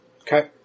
Okay